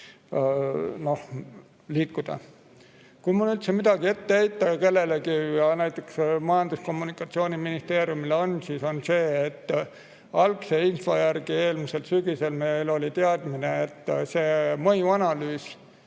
liikuda. Kui mul üldse midagi ette heita on kellelegi, näiteks Majandus‑ ja Kommunikatsiooniministeeriumile, siis seda, et algse info järgi eelmisel sügisel meil oli teadmine, et see mõjuanalüüs,